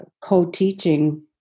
co-teaching